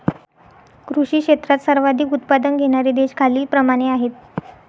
कृषी क्षेत्रात सर्वाधिक उत्पादन घेणारे देश खालीलप्रमाणे आहेत